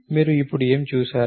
మీరు ఇప్పుడు ఏమి చూశారు